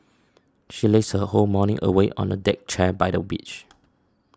she lazed her whole morning away on a deck chair by the beach